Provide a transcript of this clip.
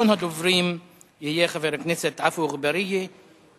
ראשון הדוברים יהיה חבר הכנסת עפו אגבאריה.